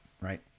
right